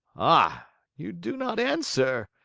ah! you do not answer?